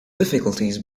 difficulties